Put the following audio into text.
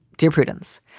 dear prudence.